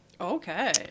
Okay